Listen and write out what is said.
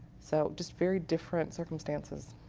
so just very different circumstances.